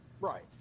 Right